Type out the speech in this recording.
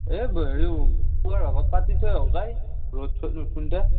এই হেৰি পুৱাৰ ভাগত পাতি থৈ আহো যায় ৰ'দ চ'দ নোঠোতে